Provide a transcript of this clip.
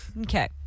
Okay